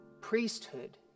priesthood